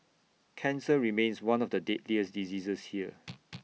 cancer remains one of the deadliest diseases here